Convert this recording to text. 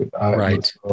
Right